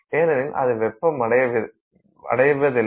ஏனெனில் அது வெப்பமடையவதில்லை